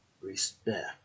respect